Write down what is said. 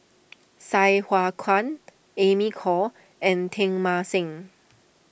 Sai Hua Kuan Amy Khor and Teng Mah Seng